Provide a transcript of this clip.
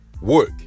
work